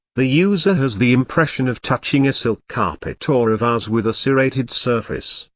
the user has the impression of touching a silk carpet or a vase with a serrated surface,